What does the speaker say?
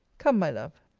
come, my love,